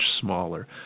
smaller